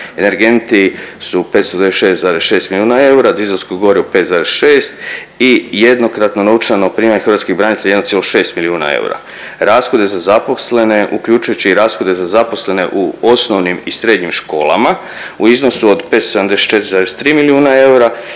energenti su 596,6 milijuna eura, dizelsko gorivo 5,6 i jednokratno novčano primanje hrvatskih branitelja 1,6 milijuna eura. Rashodi za zaposlene uključujući i rashode za zaposlene u osnovnim i srednjim školama u iznosu od 574,3 milijuna eura.